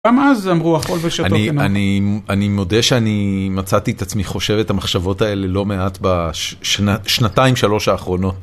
גם אז אמרו הכל.... אני מודה שאני מצאתי את עצמי חושב את המחשבות האלה לא מעט בשנתיים שלוש האחרונות.